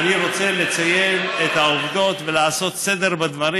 אני רוצה לציין את העובדות ולעשות סדר בדברים,